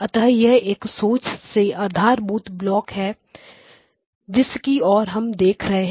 अतः यह एक सच में आधारभूत ब्लॉक है जिसकी और हम देख रहे हैं